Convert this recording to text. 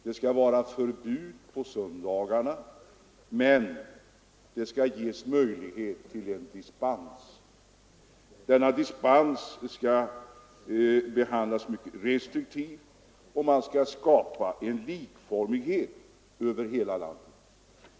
Det skall vara förbud på söndagarna, men det skall ges möjlighet till dispens. Denna dispens skall behandlas mycket restriktivt, och man skall skapa en likformighet över hela landet.